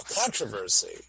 controversy